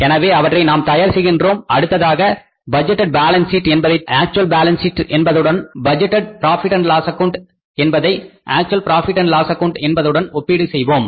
எனவே அவற்றை நாம் தயார் செய்கின்றோம் அடுத்ததாக பட்ஜெட்டேட் பாலன்ஸ் சீட் என்பதை ஆக்ச்வால் பேலன்ஸ் ஷீட் என்பதுடனும் budgeted profit and loss account என்பதை actual profit and loss account என்பதுடனும் ஒப்பிடுவோம்